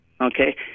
okay